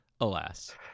Alas